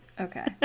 okay